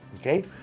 okay